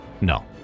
No